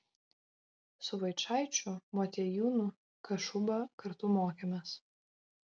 su vaičaičiu motiejūnu kašuba kartu mokėmės